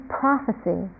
prophecy